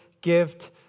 gift